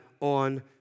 on